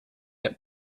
that